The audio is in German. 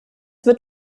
wird